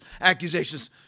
accusations